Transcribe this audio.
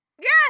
Yes